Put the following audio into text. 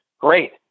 great